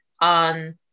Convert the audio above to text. on